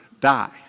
die